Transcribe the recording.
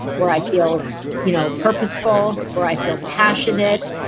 where i feel you know purposeful, where i feel passionate,